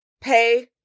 pay